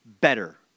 better